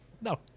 No